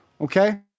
Okay